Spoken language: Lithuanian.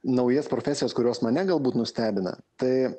naujas profesijas kurios mane galbūt nustebina tai